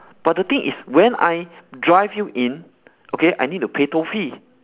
but the thing is when I drive you in okay I need to pay toll fee